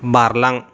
बारलां